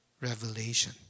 revelation